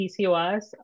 PCOS